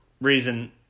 reason